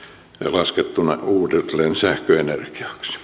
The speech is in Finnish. laskettuna uudelleen sähköenergiaksi